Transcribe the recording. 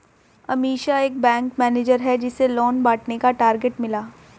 अमीषा एक bank manager है जिसे लोन बांटने का टारगेट मिला